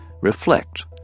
reflect